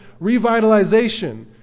revitalization